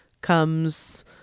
comes